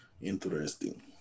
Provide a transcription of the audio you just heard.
Interesting